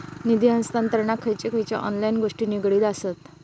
निधी हस्तांतरणाक खयचे खयचे ऑनलाइन गोष्टी निगडीत आसत?